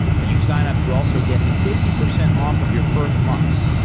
when you sign up you also get fifty percent off of your first month.